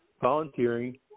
volunteering